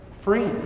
free